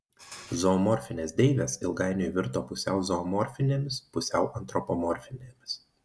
zoomorfinės deivės ilgainiui virto pusiau zoomorfinėmis pusiau antropomorfinėmis